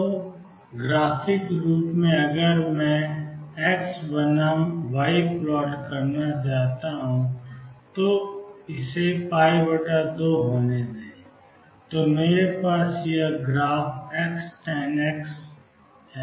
तो ग्राफिक रूप से अगर मैं एक्स बनाम वाई प्लॉट करना चाहता हूं तो इसे 2 होने दें तो मेरे पास यह ग्राफ Xtan X है